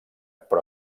però